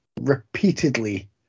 repeatedly